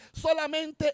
solamente